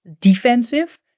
defensive